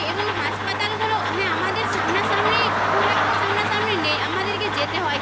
এবং হাসপাতালগুলো হ্যাঁ আমাদের সামনাসামনি খুব একটা সামনাসামনি নেই আমাদেরকে যেতে হয়